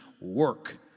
work